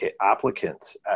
applicants